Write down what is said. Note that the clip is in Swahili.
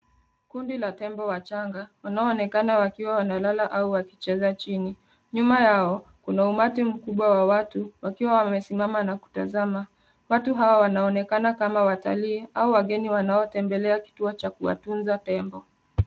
Kundi la tembo wachanga wanaoonekana wakiwa wanalala au wakicheza chini. Nyuma yao kuna umati mkubwa wa watu wakiwa wamesimama na kutazama. Watu hawa wanaonekana kuwa watalii au wageni wanaotembelea kituo cha kuwatunza tembo.